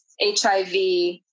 HIV